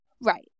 Right